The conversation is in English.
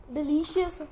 Delicious